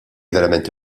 verament